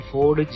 Ford